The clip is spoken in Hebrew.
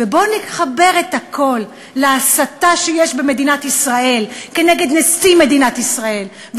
ובואו נחבר את הכול להסתה שיש במדינת ישראל נגד נשיא מדינת ישראל,